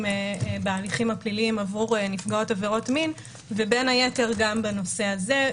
בהליכים הפליליים עבור נפגעות עבירות מין ובין היתר גם בנושא הזה,